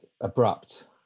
abrupt